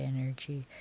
energy